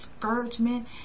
discouragement